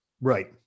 Right